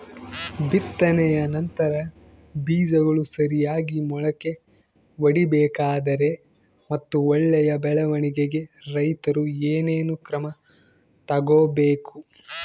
ಬಿತ್ತನೆಯ ನಂತರ ಬೇಜಗಳು ಸರಿಯಾಗಿ ಮೊಳಕೆ ಒಡಿಬೇಕಾದರೆ ಮತ್ತು ಒಳ್ಳೆಯ ಬೆಳವಣಿಗೆಗೆ ರೈತರು ಏನೇನು ಕ್ರಮ ತಗೋಬೇಕು?